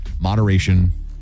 moderation